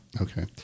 Okay